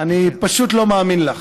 אני פשוט לא מאמין לך.